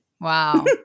Wow